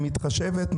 מתחשבת,